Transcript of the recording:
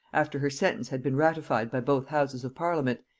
after her sentence had been ratified by both houses of parliament,